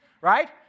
right